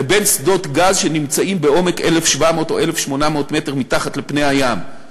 לבין שדות גז שנמצאים בעומק 1,700 או 1,800 מטר מתחת לפני הים.